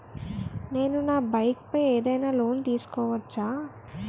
నేను నా బైక్ పై ఏదైనా లోన్ తీసుకోవచ్చా?